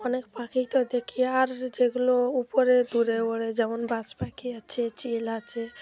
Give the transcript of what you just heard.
অনেক পাখি তো দেখি আর যেগুলো উপরে দূরে ওড়ে যেমন বাজ পাখি আছে চিল আছে